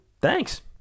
thanks